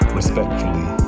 respectfully